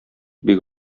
бик